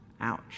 Ouch